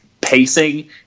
pacing